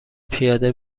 پیاده